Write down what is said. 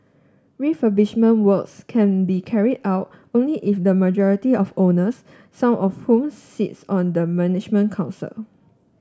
refurbishment works can be carried out only if the majority of owners some of whom sits on the management council